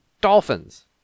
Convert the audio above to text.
Dolphins